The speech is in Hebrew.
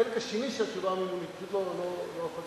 את החלק השני של התשובה המילולית פשוט לא יכולתי להבין.